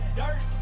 dirt